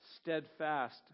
steadfast